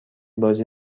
بازی